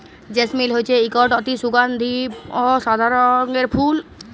জেসমিল হছে ইকট অতি সুগাল্ধি অ সাদা রঙের ফুল